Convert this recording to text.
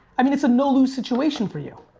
i mean it's a no lose situation for you,